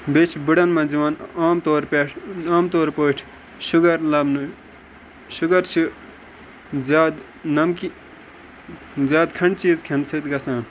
بیٚیہِ چھُ بٕڑن مَنٛز یِوان عام طور پٮ۪ٹھ عام طور پٲٹھۍ شُگَر لَبنہٕ شُگَر چھُ زیادٕ نَمکی زیادٕ کھَنٛڈٕ چیٖز کھیٚنہٕ سۭتۍ گَژھان